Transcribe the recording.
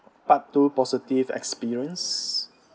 part two positive experience